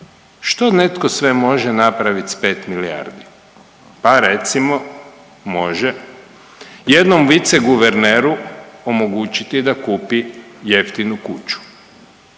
što netko sve može napraviti s 5 milijardi? Pa recimo može jednom viceguverneru omogućiti da kupi jeftinu kuću,